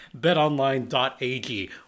BetOnline.ag